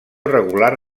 regular